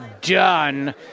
done